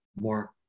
more